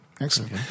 excellent